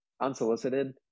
unsolicited